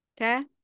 Okay